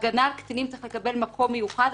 הגנה על קטינים צריך לקבל מקום מיוחד.